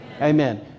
Amen